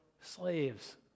slaves